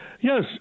Yes